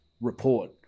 report